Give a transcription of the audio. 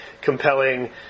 compelling